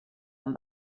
amb